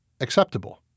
acceptable